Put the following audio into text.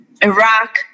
iraq